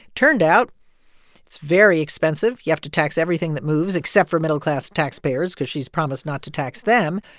turned out it's very expensive. you have to tax everything that moves except for middle-class taxpayers because she's promised not to tax them.